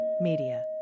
Media